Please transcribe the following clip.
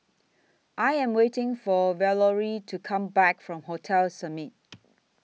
I Am waiting For Valorie to Come Back from Hotel Summit